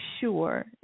sure